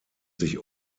sich